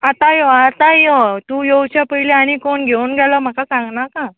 आतां यो आतां यो तूं योवचे पयलीं आनी कोण घेवून गेलो म्हाका सांगनाका